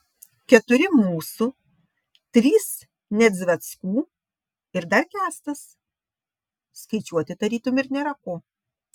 keturi mūsų trys nedzveckų ir dar kęstas skaičiuoti tarytum ir nėra ko